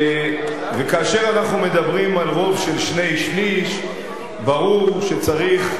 וכאשר אנחנו מדברים על רוב של שני-שלישים ברור שצריך,